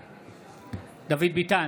בעד דוד ביטן,